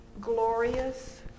glorious